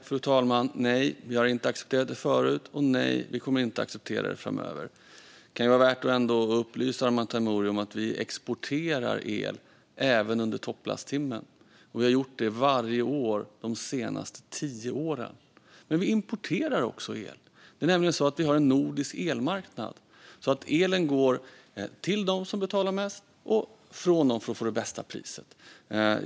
Fru talman! Nej, vi har inte accepterat det förut, och nej, vi kommer inte att acceptera det framöver. Det kan vara värt att upplysa Arman Teimouri om att vi exporterar el även under topplasttimmen, och vi har gjort det varje år under de senaste tio åren. Men vi importerar också el. Det är nämligen så att vi har en nordisk elmarknad där elen går till dem som betalar mest och från dem för att få det bästa priset.